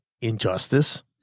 Injustice